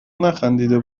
نخندیده